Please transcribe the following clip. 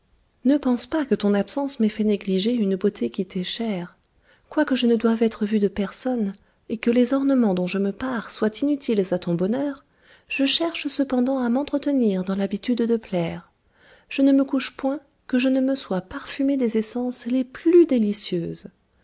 ne pense pas que ton absence m'ait fait négliger une beauté qui t'est chère quoique je ne doive être vue de personne et que les ornements dont je me pare soient inutiles à ton bonheur je cherche cependant à m'entretenir dans l'habitude de plaire je ne me couche point que je ne me sois parfumée des essences les plus délicieuses